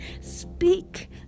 Speak